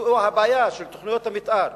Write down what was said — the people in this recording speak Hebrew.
מדוע הבעיה של תוכניות המיתאר,